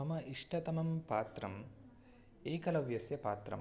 मम इष्टतमं पात्रम् एकलव्यस्य पात्रं